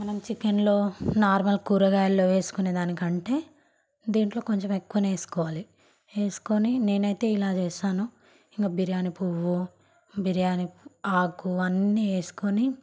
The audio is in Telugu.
మనం చికెన్లో నార్మల్ కూరగాయలలో వేసుకునే దానికంటే దీంట్లో కొంచెం ఎక్కువే వేసుకోవాలి వేసుకొని నేనయితే ఇలా చేసాను ఇక బిర్యానీ పువ్వు బిర్యానీ ఆకు అన్ని వేసుకొని